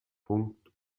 punkt